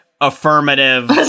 affirmative